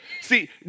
See